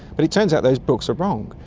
but it turns out those books are wrong.